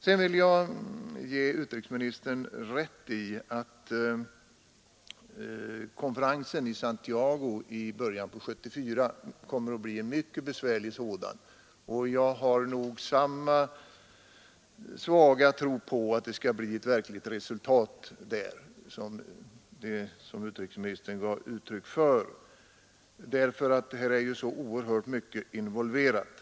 Jag vill sedan ge utrikesministern rätt i att konferensen i Santiago i början av 1974 kommer att bli mycket besvärlig. Jag har samma svaga tro som utrikesministern när det gäller att uppnå något verkligt resultat där eftersom så mycket är involverat.